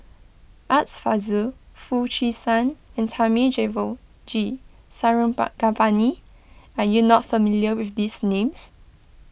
Art Fazil Foo Chee San and Thamizhavel G are you not familiar with these names